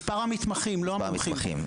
מספר המתחמים, לא המומחים.